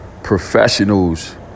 professionals